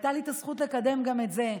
הייתה לי את הזכות לקדם גם את זה.